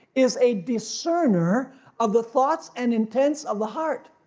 is a discerner of the thoughts and intents of the heart.